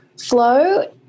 flow